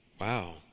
Wow